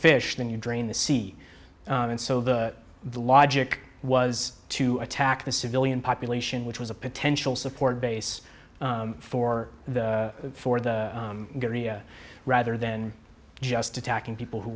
fish then you drain the sea and so the logic was to attack the civilian population which was a potential support base for the for the area rather than just attacking people who